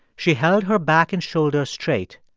she held her back and shoulders straight.